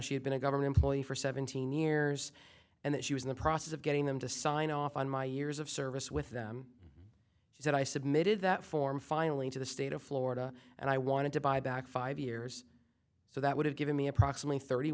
she had been a government employee for seventeen years and that she was in the process of getting them to sign off on my years of service with them she said i submitted that form finally to the state of florida and i wanted to buy back five years so that would have given me approximately thirty